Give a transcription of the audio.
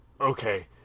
okay